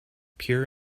pure